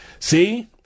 See